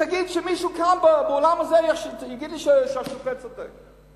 שמישהו כאן באולם הזה יגיד לי שהשופט צודק.